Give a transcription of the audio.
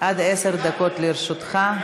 עד עשר דקות לרשותך.